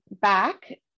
back